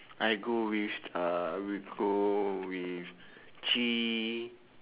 I go with uh nicole with chee